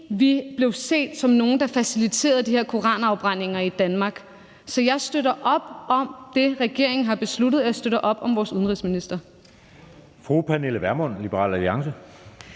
vi blev set som nogle, der faciliterede de her koranafbrændinger i Danmark. Så jeg støtter op om det, regeringen har besluttet, og jeg støtter op om vores udenrigsminister.